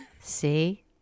See